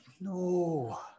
no